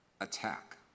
attack